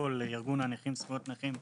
מארגון הנכים זכויות נכים.